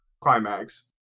climax